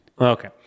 Okay